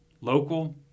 local